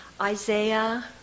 Isaiah